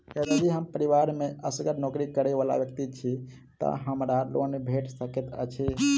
यदि हम परिवार मे असगर नौकरी करै वला व्यक्ति छी तऽ हमरा लोन भेट सकैत अछि?